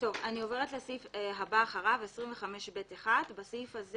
אני עוברת לסעיף הבא אחריו, לסעיף 25ב1. 25ב1